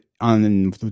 on